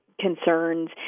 concerns